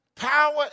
Power